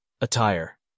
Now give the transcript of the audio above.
Attire